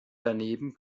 daneben